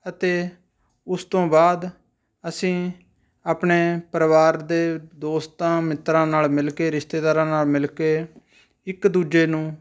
ਅਤੇ ਉਸ ਤੋਂ ਬਾਅਦ ਅਸੀਂ ਆਪਣੇ ਪਰਿਵਾਰ ਦੇ ਦੋਸਤਾਂ ਮਿੱਤਰਾਂ ਨਾਲ਼ ਮਿਲ ਕੇ ਰਿਸ਼ਤੇਦਾਰਾਂ ਨਾਲ ਮਿਲ ਕੇ ਇੱਕ ਦੂਜੇ ਨੂੰ